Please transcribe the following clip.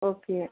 okay